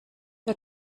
der